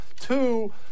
Two